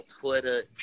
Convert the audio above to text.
Twitter